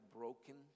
broken